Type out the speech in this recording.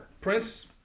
Prince